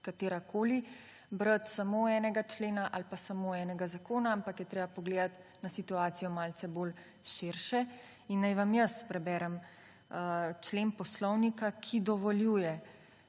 katerakoli, brati samo enega člena ali pa samo enega zakona, ampak je treba pogledati na situacijo malce bolj širše. In naj vam jaz preberem člen Poslovnika, ki dovoljuje,